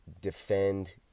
defend